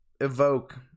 evoke